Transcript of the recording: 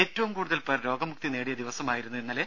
ഏറ്റവും കൂടുതൽ പേർ രോഗമുക്തി നേടിയ ദിവസമായിരുന്നു ഇന്നലെ